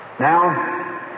Now